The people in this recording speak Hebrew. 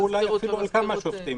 אולי אפילו על כמה שופטים